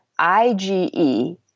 IgE